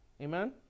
Amen